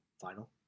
final